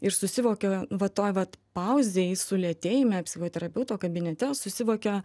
ir susivokia va toj vat pauzėj sulėtėjime psichoterapeuto kabinete susivokia